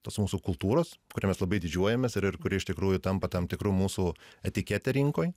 tos mūsų kultūros kuria mes labai didžiuojamės ir ir kurie iš tikrųjų tampa tam tikru mūsų etikete rinkoj